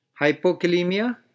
Hypokalemia